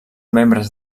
membres